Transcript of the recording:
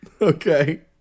okay